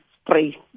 spray